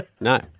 No